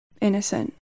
innocent